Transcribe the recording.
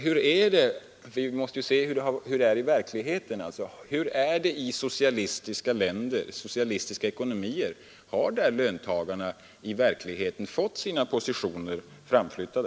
Men vi måste ju se efter hur det är i verkligheten, och då frågar jag: Hur är det i socialistiska länder, i socialistiska ekonomier? Har löntagarna där i verkligheten fått sina positioner framflyttade?